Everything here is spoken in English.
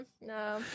No